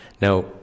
Now